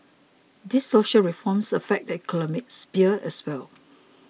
these social reforms affect the economic sphere as well